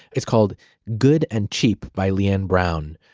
it's called good and cheap by leanne brown.